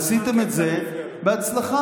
עשיתם את זה בהצלחה.